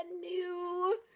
new